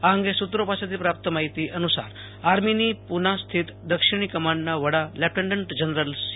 આ અગે સત્રો પાસેથી પ્રાપ્ત માહિતી અનુસાર આર્મીની પુના સ્થિત દક્ષિણી કમાન્ડના વડા લેફટેન્ટન્ટ જનરલ સી